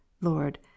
lord